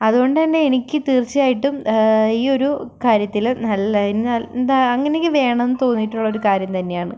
അതുകൊണ്ടന്നേ എനിക്ക് തീർച്ചയായിട്ടും ഈ ഒരു കാര്യത്തിൽ നല്ല കയിഞ്ഞാൽ എന്താ അങ്ങനെ ഒക്കെ വേണംന്ന് തോന്നീട്ടുള്ളൊരു കാര്യം തന്നെയാണ്